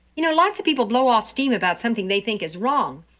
you know, lots of people blow off steam about something they think is wrong,